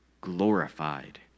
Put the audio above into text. glorified